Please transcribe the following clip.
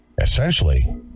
essentially